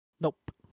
Nope